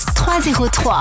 303